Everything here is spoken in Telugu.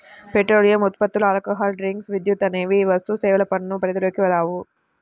పెట్రోలియం ఉత్పత్తులు, ఆల్కహాల్ డ్రింక్స్, విద్యుత్ అనేవి వస్తుసేవల పన్ను పరిధిలోకి రావు